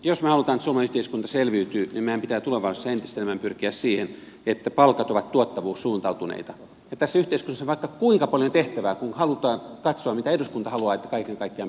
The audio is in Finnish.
jos me haluamme että suomalainen yhteiskunta selviytyy niin meidän pitää tulevaisuudessa entistä enemmän pyrkiä siihen että palkat ovat tuottavuussuuntautuneita ja tässä yhteiskunnassa on vaikka kuinka paljon tehtävää kun halutaan katsoa mitä eduskunta haluaa että kaiken kaikkiaan pitäisi tehdä